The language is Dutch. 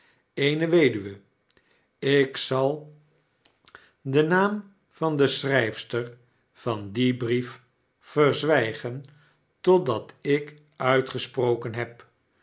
eene weduwe ik zal den naam van de schrifster van dien brief verzwijgen totdat ik uitgesproken heb